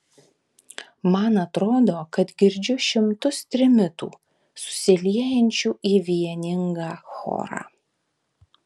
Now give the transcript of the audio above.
man atrodo kad girdžiu šimtus trimitų susiliejančių į vieningą chorą